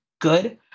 good